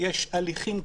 יש הליכים כפולים,